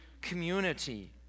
community